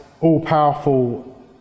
all-powerful